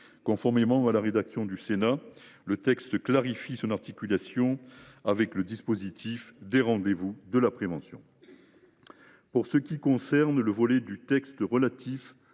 Conformément à la rédaction du Sénat, le texte clarifie l’articulation de ce programme avec le dispositif des rendez vous de prévention. Pour ce qui concerne le volet du texte relatif